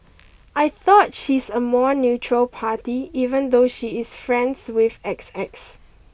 I thought she's a more neutral party even though she is friends with X X